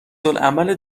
العمل